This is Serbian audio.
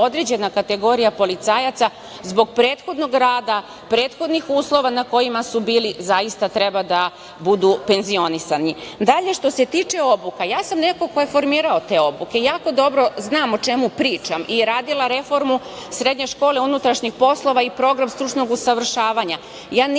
određena kategorija policajaca zbog prethodnog rada, prethodnih uslova na kojima su bili zaista treba da budu penzionisani. Dalje, što se tiče obuka, ja sam neko ko je formirao te obuke i jako dobro znam o čemu pričam i radila reformu srednje škole unutrašnjih poslova i program stručnog usavršavanja.